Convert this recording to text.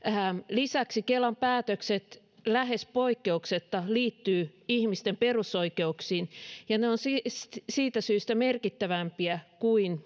lisäksi kelan päätökset lähes poikkeuksetta liittyvät ihmisten perusoikeuksiin ja ovat siitä syystä merkittävämpiä kuin